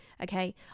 okay